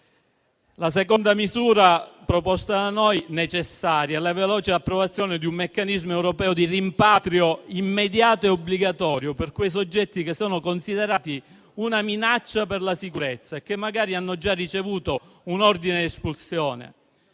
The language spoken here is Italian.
La seconda misura da noi proposta, necessaria, è la veloce approvazione di un meccanismo europeo di rimpatrio immediato e obbligatorio per quei soggetti che sono considerati una minaccia per la sicurezza e che magari hanno già ricevuto un ordine di espulsione.